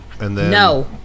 No